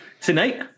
Tonight